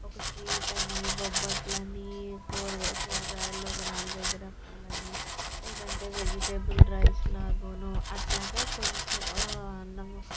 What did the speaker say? ఒక స్వీట్ అని బొబ్బట్లని కూరగాయలు కూరగాయలు ఒక నాలుగైదు రకాల అని లేదంటే వెజిటేబుల్ రైస్లాగా అట్లాగా కొంచెం అన్నం